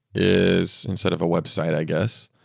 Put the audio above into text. is instead of a website, i guess,